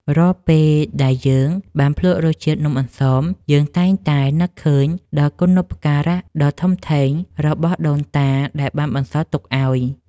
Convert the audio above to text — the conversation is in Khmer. រាល់ពេលដែលយើងបានភ្លក់រសជាតិនំអន្សមយើងតែងតែនឹកឃើញដល់គុណូបការៈដ៏ធំធេងរបស់ដូនតាដែលបានបន្សល់ទុកឱ្យ។